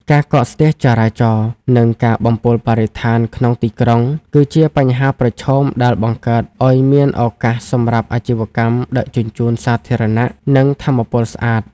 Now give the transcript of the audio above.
ការកកស្ទះចរាចរណ៍ និងការបំពុលបរិស្ថានក្នុងទីក្រុង គឺជាបញ្ហាប្រឈមដែលបង្កើតឱ្យមានឱកាសសម្រាប់អាជីវកម្មដឹកជញ្ជូនសាធារណៈ និងថាមពលស្អាត។